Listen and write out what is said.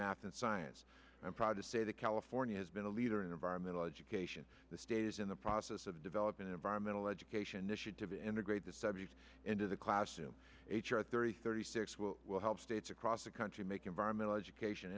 math and science i'm proud to say that california has been a leader in environmental education the stays in the process of developing an environmental education initiative integrate the seventies into the classroom here thirty thirty six will help states across the country make environmental education